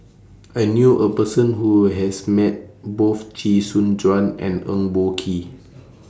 I knew A Person Who has Met Both Chee Soon Juan and Eng Boh Kee